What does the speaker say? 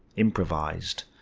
improvised.